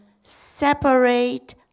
separate